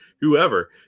whoever